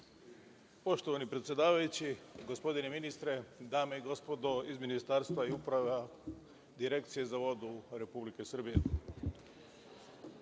Poštovani predsedavajući, gospodine minsitre, dame i gospodo iz Ministarstva i Uprave direkcije za vodu Republike Srbije,